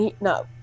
No